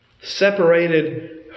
Separated